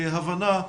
הבנה,